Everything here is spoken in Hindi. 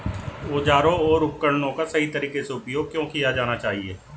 औजारों और उपकरणों का सही तरीके से उपयोग क्यों किया जाना चाहिए?